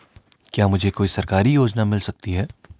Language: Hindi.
क्या मुझे कोई सरकारी योजना मिल सकती है?